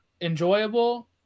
enjoyable